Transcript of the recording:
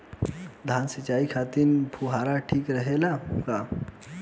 धान सिंचाई खातिर फुहारा ठीक रहे ला का?